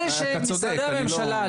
זה שמשרדי הממשלה,